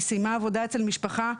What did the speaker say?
היא סיימה עבודה אצל משפחה,